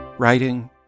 writing